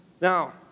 Now